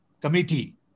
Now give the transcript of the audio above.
committee